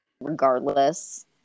regardless